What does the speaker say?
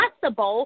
possible